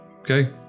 okay